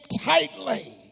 tightly